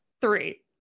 three